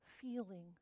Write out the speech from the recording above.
feeling